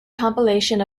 compilation